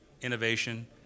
innovation